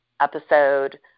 episode